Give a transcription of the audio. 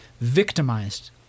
victimized